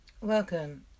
Welcome